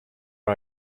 are